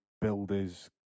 builder's